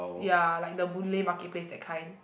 ya like the Boon-Lay market place that kind